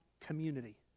community